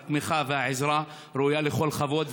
התמיכה והעזרה ראויות לכל כבוד,